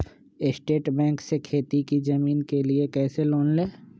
State Bank से खेती की जमीन के लिए कैसे लोन ले?